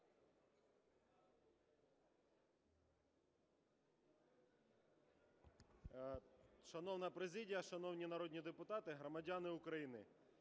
Шановна президія, шановні народні депутати, громадяни України!